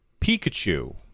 Pikachu